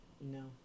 No